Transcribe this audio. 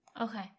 Okay